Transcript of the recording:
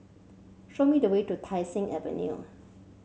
show me the way to Tai Seng Avenue